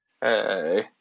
Hey